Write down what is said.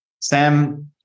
Sam